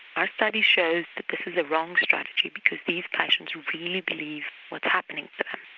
our study shows that this is the wrong strategy because these patients really believe what's happening to them.